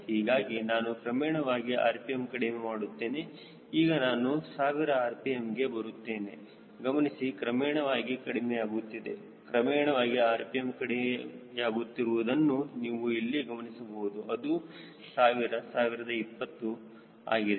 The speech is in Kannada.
ಹೀಗಾಗಿ ನಾನು ಕ್ರಮೇಣವಾಗಿ rpm ಕಡಿಮೆ ಮಾಡುತ್ತೇನೆ ಈಗ ನಾವು 1000 rpmಗೆ ಬರುತ್ತೇವೆ ಗಮನಿಸಿ ಕ್ರಮೇಣವಾಗಿ ಕಡಿಮೆಯಾಗುತ್ತಿದೆ ಕ್ರಮೇಣವಾಗಿ rpm ಕಡಿಮೆಯಾಗುತ್ತಿರುವುದನ್ನು ನೀವು ಇಲ್ಲಿ ಗಮನಿಸಬಹುದು ಅದು 1000 1020 ಆಗಿದೆ